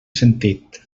sentit